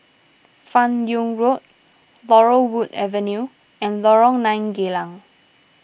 Fan Yoong Road Laurel Wood Avenue and Lorong nine Geylang